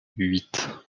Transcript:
huit